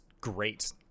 great